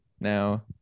Now